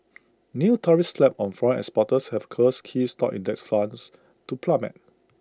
new tariffs slapped on foreign exporters have caused key stock index funds to plummet